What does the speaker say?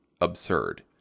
absurd